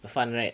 but fun right